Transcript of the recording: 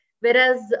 Whereas